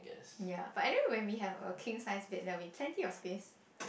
ya but anyway when we have a king size bed there will be plenty of space